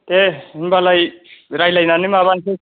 दे होनबालाय रायज्लायनानै माबानोसै